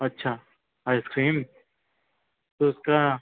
अच्छा ice cream तो उसका